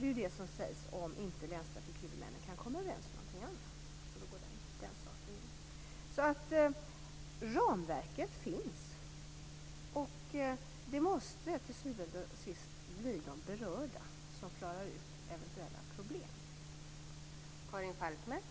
Det är det som gäller om inte länstrafikhuvudmännen kan komma överens om någonting annat. Ramverket finns och det måste till syvende och sist bli de berörda som klarar ut eventuella problem.